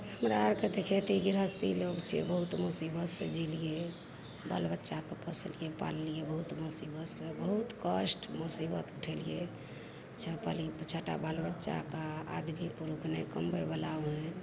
हमरा आरके तऽ खेती गृहस्थी लोग छियै बहुत मुसीबत से जीलिऐ हँ बाल बच्चाके पोसलिऐ पाललिऐ बहुत मुसीबत से बहुत कष्ट मुसीबत उठेलिऐ छओ परि छओ टा बाल बच्चाके आदमी पुरूष नहि कमबै ला ओहन